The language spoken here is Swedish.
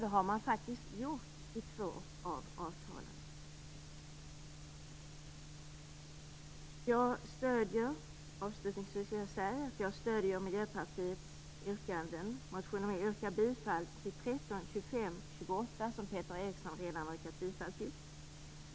Det har man också gjort i två av avtalen. Avslutningsvis stöder jag Miljöpartiets yrkanden, men jag yrkar bifall till reservationerna 13, 25, 28 - som Peter Eriksson redan har yrkat bifall till.